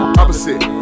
opposite